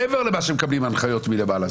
מעבר למה שהם מקבלים הנחיות מלמעלה,